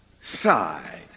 side